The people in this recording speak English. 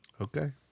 Okay